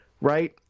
right